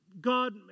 God